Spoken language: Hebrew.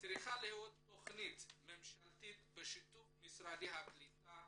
צריכה להיות תוכנית ממשלתית בשיתוף משרדי הקליטה,